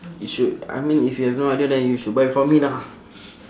you should I mean if you have no idea then you should buy for me lah